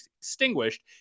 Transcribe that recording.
extinguished